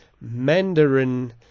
Mandarin